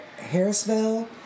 Harrisville